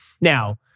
Now